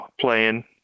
playing